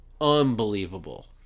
unbelievable